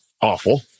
awful